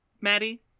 Maddie